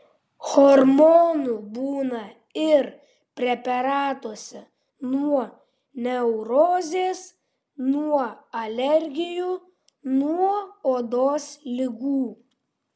hormonų būna ir preparatuose nuo neurozės nuo alergijų nuo odos ligų